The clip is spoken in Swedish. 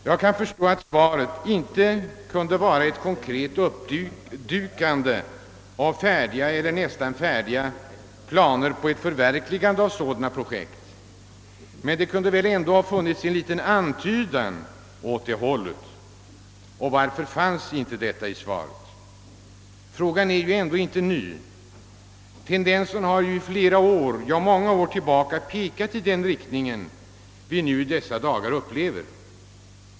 Jag kan förstå att svaret inte kunde vara ett konkret uppdukande av färdiga eller nästan färdiga planer på ett förverkligande av sådana projekt, men det kunde ändå ha funnits någon liten antydan åt det hållet. Varför fanns ingen sådan? Frågan är dock inte ny. Tendensen har i många år pekat i den riktning som utvecklingen i dessa dagar tagit.